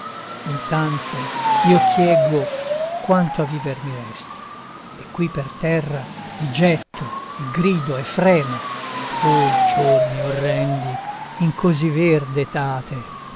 intanto io chieggo quanto a viver mi resti e qui per terra i getto e grido e fremo oh giorni orrendi in così verde etate